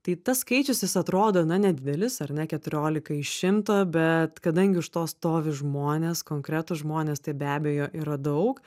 tai tas skaičius jis atrodo na nedidelis ar ne keturiolika iš šimto bet kadangi už to stovi žmonės konkretūs žmonės tai be abejo yra daug